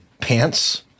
pants